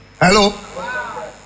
Hello